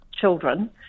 children